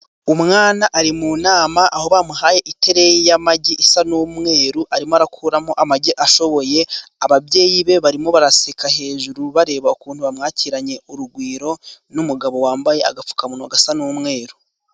Umwana ari mu nama aho bamuhaye itereyi y'amagi isa n'umweru, arimo arakuramo amagi ashoboye, ababyeyi be barimo baraseka hejuru bareba ukuntu bamwakiranye urugwiro, n'umugabo wambaye agapfukamunwa gasa n'umweru.